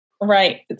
Right